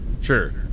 Sure